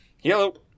hello